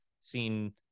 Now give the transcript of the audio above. seen